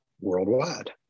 worldwide